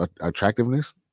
attractiveness